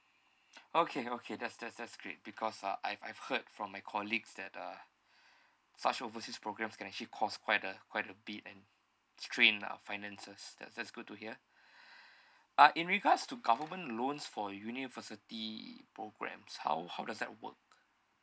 okay okay that's that's that's great because uh I've I've heard from my colleagues that uh such overseas programs can actually cost quite a quite a bit and strain our finances that's that's good to hear uh in regards to government loans for university programs how how does that work